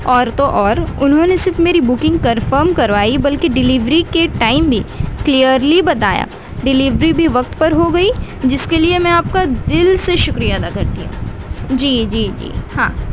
اور تو اور انہوں نے صرف میری بکنگ کنفرم کروائی بلکہ ڈلیوری کے ٹائم بھی کلیئرلی بتایا ڈلیوری بھی وقت پر ہو گئی جس کے لیے میں آپ کا دل سے شکریہ ادا کر دیا جی جی جی ہاں